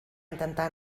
intentar